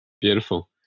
Beautiful